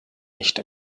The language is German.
nicht